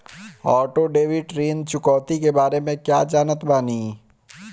Auto debit ऋण चुकौती के बारे में कया जानत बानी?